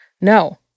No